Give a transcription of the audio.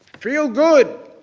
feel good,